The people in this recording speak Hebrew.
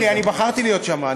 טוב לי, אני בחרתי להיות שם.